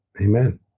Amen